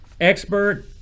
Expert